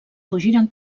fugiren